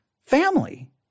family